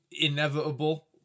inevitable